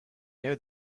know